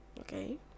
Okay